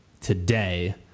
today